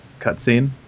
cutscene